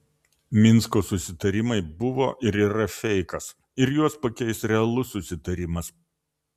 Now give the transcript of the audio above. minsko susitarimai buvo ir yra feikas ir juos pakeis realus susitarimas